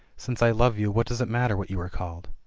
since i love you, what does it matter what you are called?